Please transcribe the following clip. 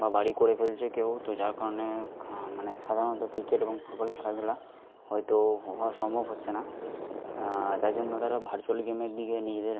বা বাড়ি করে ফেলছে কেউ তো যার কারণে মানে সাধারণত ক্রিকেট এবং ফুটবল খেলাধুলা হয়তো হ হওয়া সম্ভব হচ্ছে না তাই জন্য তারা ভার্চুয়াল গেমের দিকে নিজেদের